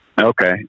Okay